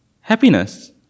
happiness